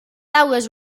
aules